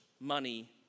money